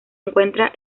encuentra